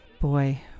boy